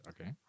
Okay